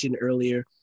earlier